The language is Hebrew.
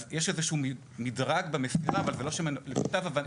אז יש איזשהו מדרג במסירה, למיטב הבנתי.